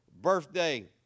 birthday